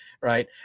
right